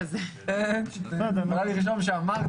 הצבעה אושר.